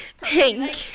pink